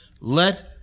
let